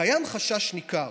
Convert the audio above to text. "קיים חשש ניכר